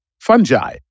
fungi